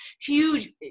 huge